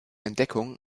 entdeckung